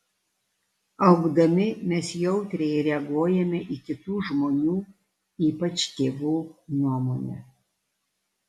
augdami mes jautriai reaguojame į kitų žmonių ypač tėvų nuomonę